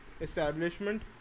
Establishment